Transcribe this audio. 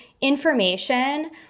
information